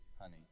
honey